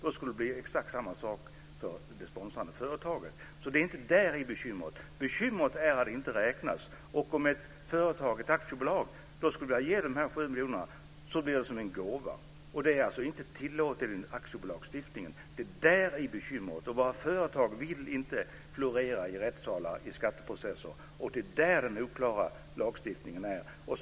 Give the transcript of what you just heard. Det skulle bli exakt samma sak för det sponsrande företaget. Det är inte där bekymret ligger. Bekymret är att det inte räknas. Om ett aktiebolag skulle vilja ge dessa 7 miljoner blir det som en gåva, och det är alltså inte tillåtet enligt aktiebolagslagstiftningen. Det är där bekymret ligger. Våra företag vill inte florera i rättssalar i skatteprocesser. Det är här lagstiftningen är oklar.